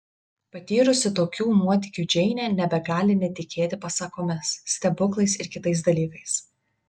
patyrusi tokių nuotykių džeinė nebegali netikėti pasakomis stebuklais ir kitais dalykais